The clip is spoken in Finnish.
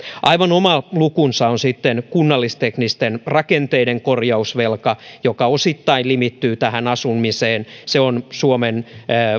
aivan oma lukunsa on sitten kunnallisteknisten rakenteiden korjausvelka joka osittain limittyy asumiseen se on suomen